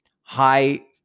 high